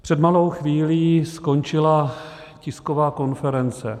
Před malou chvílí skončila tisková konference.